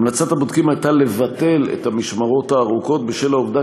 המלצת הבודקים הייתה לבטל את המשמרות הארוכות בשל העובדה